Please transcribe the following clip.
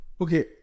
Okay